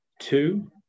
two